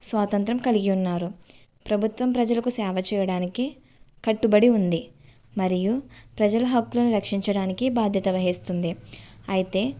స్వాతంత్రం కలిగి ఉన్నారు ప్రభుత్వం ప్రజలకు సేవ చేయడానికి కట్టుబడి ఉంది మరియు ప్రజల హక్కులను రక్షించడానికి బాధ్యత వహిస్తుంది అయితే